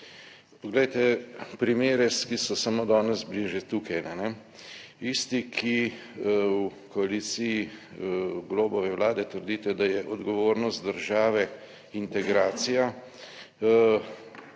Poglejte primere, ki so samo danes bili že tukajle, tisti ki v koaliciji Golobove Vlade trdite, da je odgovornost države integracija,